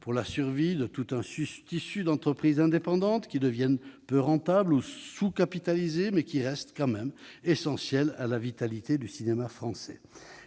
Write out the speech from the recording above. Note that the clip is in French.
pour la survie de tout un tissu d'entreprises indépendantes qui deviennent peu rentables ou sous-capitalisées, mais qui restent essentielles pour la vitalité du cinéma français.